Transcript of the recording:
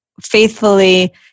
faithfully